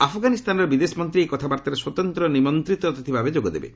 ଆଫ୍ଗାନିସ୍ତାନର ବିଦେଶମନ୍ତ୍ରୀ ଏହି କଥାବାର୍ତ୍ତାରେ ସ୍ୱତନ୍ତ ନିମନ୍ତ୍ରିତ ଅତିଥି ଭାବେ ଯୋଗ ଦେବେ